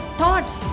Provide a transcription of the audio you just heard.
thoughts